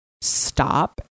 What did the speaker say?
stop